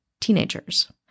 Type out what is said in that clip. teenagers